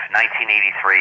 1983